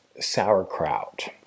sauerkraut